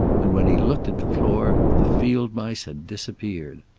and when he looked at the floor the field mice had disappeared.